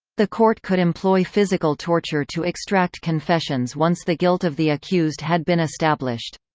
the court could employ physical torture to extract confessions once the guilt of the accused had been established.